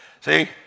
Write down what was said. See